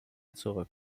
zurück